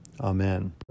Amen